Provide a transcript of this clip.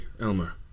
Elmer